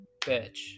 bitch